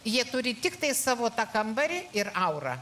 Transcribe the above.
jie turi tiktai savo tą kambarį ir aurą